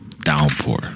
Downpour